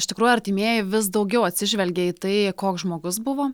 iš tikrųjų artimieji vis daugiau atsižvelgia į tai koks žmogus buvo